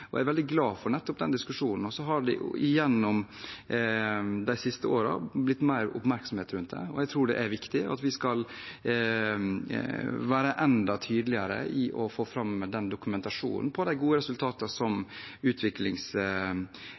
og jeg er veldig glad for nettopp den diskusjonen. Så har det gjennom de siste årene blitt mer oppmerksomhet rundt det, og jeg tror det er viktig at vi skal være enda tydeligere på å få fram dokumentasjon av de gode resultatene som